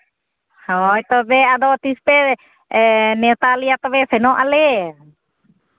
ᱦᱳᱭ ᱛᱚᱵᱮ ᱟᱫᱚ ᱛᱤᱥᱯᱮ ᱱᱮᱶᱛᱟ ᱞᱮᱭᱟ ᱛᱚᱵᱮ ᱥᱮᱱᱚᱜ ᱟᱞᱮ